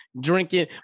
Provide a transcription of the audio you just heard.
drinking